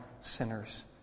sinners